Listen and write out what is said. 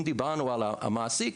אם דיברנו על המעסיק,